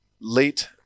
late